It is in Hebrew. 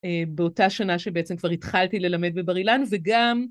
באותה שנה שבעצם כבר התחלתי ללמד בבר אילן, וגם...